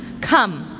Come